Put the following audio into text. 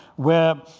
where